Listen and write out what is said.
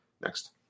Next